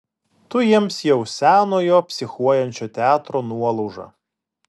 tu jiems jau senojo psichuojančio teatro nuolauža